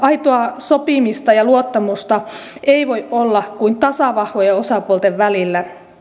aitoa sopimista ja luottamusta ei voi olla kuin tasavahvojen osapuolten välillä